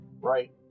Right